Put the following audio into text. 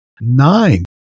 nine